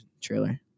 trailer